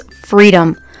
freedom